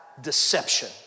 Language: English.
deception